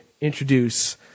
introduce